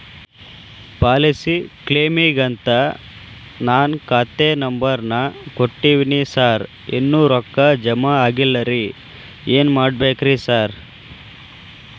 Policy ಕ್ಲೇಮಿಗಂತ ನಾನ್ ಖಾತೆ ನಂಬರ್ ನಾ ಕೊಟ್ಟಿವಿನಿ ಸಾರ್ ಇನ್ನೂ ರೊಕ್ಕ ಜಮಾ ಆಗಿಲ್ಲರಿ ಏನ್ ಮಾಡ್ಬೇಕ್ರಿ ಸಾರ್?